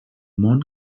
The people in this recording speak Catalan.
món